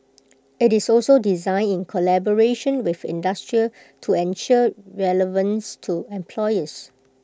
IT is also designed in collaboration with industry to ensure relevance to employers